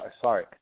sorry